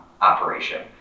operation